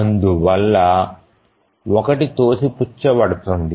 అందువల్ల 1 తోసిపుచ్చబడుతుంది